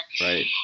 Right